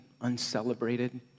uncelebrated